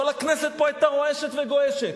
כל הכנסת פה היתה רועשת וגועשת.